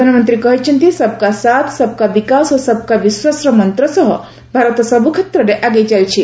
ପ୍ରଧାନମନ୍ତ୍ରୀ କହିଛନ୍ତି ସବ୍ କା ସାଥ୍ ସବ୍ କା ବିକାଶ ଓ ସବ୍ କା ବିଶ୍ୱାସର ମନ୍ତ ସହ ଭାରତ ସବୁ କ୍ଷେତ୍ରରେ ଆଗେଇ ଚାଲିଛି